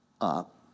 up